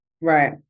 Right